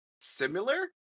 similar